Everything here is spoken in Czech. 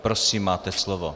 Prosím, máte slovo.